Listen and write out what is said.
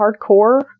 hardcore